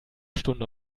stunde